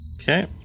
Okay